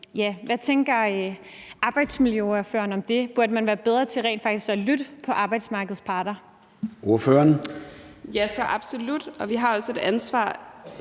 hvad tænker arbejdsmiljøordføreren om det? Burde man være bedre til rent faktisk at lytte til arbejdsmarkedets parter?